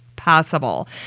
Possible